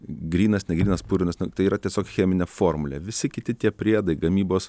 grynas negrynas purvinas tai yra tiesiog cheminė formulė visi kiti tie priedai gamybos